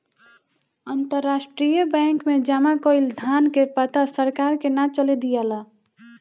अंतरराष्ट्रीय बैंक में जामा कईल धन के पता सरकार के ना चले दियाला